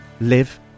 live